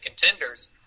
contenders